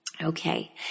Okay